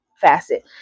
facet